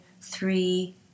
three